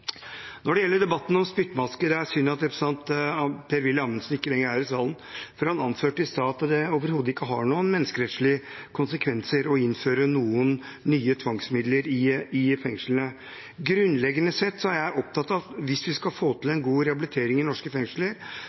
Når det gjelder debatten om spyttmasker: Det er synd at representanten Per-Willy Amundsen ikke lenger er i salen, for han anførte i sted at det overhodet ikke har noen menneskerettslige konsekvenser å innføre noen nye tvangsmidler i fengslene. Grunnleggende sett er jeg opptatt av at hvis vi skal få til en god rehabilitering i norske fengsler,